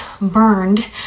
burned